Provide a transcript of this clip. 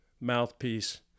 mouthpiece